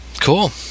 Cool